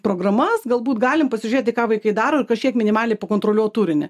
programas galbūt galim pasižiūrėti ką vaikai daro ir kažkiek minimaliai pakontroliuot turinį